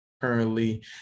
currently